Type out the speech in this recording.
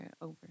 over